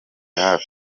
hafi